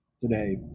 today